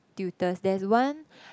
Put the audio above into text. tutors there's one